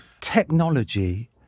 Technology